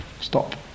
Stop